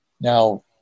Now